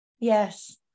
yes